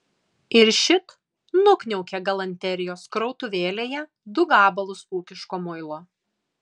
ir šit nukniaukė galanterijos krautuvėlėje du gabalus ūkiško muilo